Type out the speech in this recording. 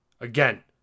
Again